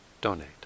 donate